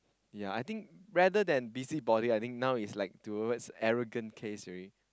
ya I think rather than busybody now is towards arrogant case already